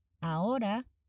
Ahora